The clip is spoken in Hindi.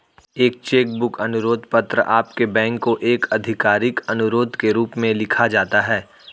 एक चेक बुक अनुरोध पत्र आपके बैंक को एक आधिकारिक अनुरोध के रूप में लिखा जाता है